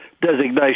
designation